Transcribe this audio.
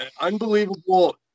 Unbelievable